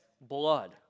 blood